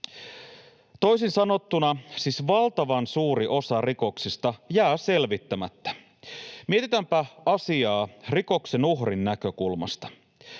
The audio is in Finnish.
Toisin sanottuna siis valtavan suuri osa rikoksista jää selvittämättä. Mietitäänpä asiaa rikoksen uhrin näkökulmasta.